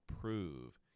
prove